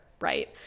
right